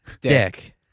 Dick